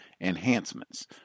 enhancements